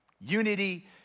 unity